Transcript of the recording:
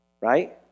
right